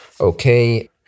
Okay